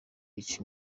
yica